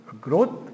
Growth